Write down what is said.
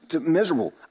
Miserable